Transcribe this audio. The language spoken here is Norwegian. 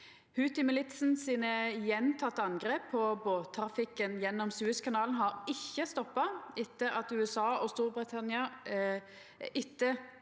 Houthimilitsens gjentekne angrep på båttrafikken gjennom Suez-kanalen har ikkje stoppa etter USA og Storbritannia sine